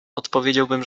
odpowiedziałbym